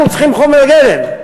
אנחנו צריכים חומר גלם.